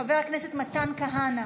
חבר הכנסת חמד עמאר,